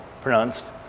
pronounced